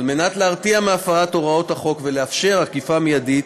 כדי להרתיע מהפרת הוראות החוק ולאפשר אכיפה מיידית,